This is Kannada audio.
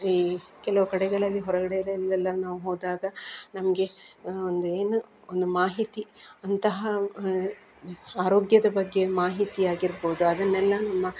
ಈ ಕೆಲವು ಕಡೆಗಳಲ್ಲಿ ಹೊರಗಡೆ ಅಲ್ಲೆಲ್ಲ ನಾವು ಹೋದಾಗ ನಮಗೆ ಒಂದು ಏನು ಒಂದು ಮಾಹಿತಿ ಅಂತಹ ಆರೋಗ್ಯದ ಬಗ್ಗೆ ಮಾಹಿತಿ ಆಗಿರ್ಬೋದು ಅದನ್ನೆಲ್ಲ ನಮ್ಮ